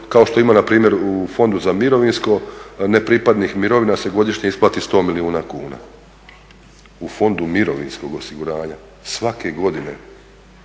kao što ima na primjer u Fondu za mirovinsko, nepripadnih mirovina se godišnje isplati sto milijuna kuna. U Fondu mirovinskog osiguranja svake godine